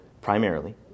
primarily